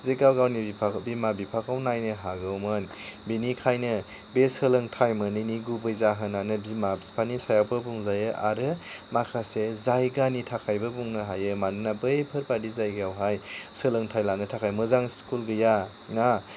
जि गाव गावनि बिमा बिफाखौ नायनो हागौमोन बिनिखायनो बे सोलोंथाइ मोनैनि गुबै जाहोनआनो बिमा बिफानि सायावबो बुजायो आरो माखासे जायगानि थाखायबो बुंनो हायो मानोना बैफोर बायदि जायगायावहाय सोलोंथाइ लानो थाखाय मोजां स्कुल गैया ना